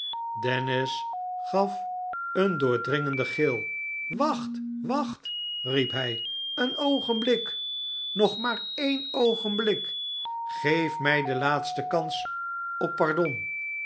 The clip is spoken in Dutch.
dennis gaf een doordringenden gil wacht wachtl riep hij ieen oogenblik nog maar n oogenblik geef mij de iaatste kans op pardon